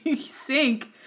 sink